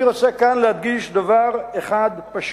אני רוצה להדגיש כאן דבר אחד פשוט.